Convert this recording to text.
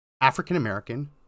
African-American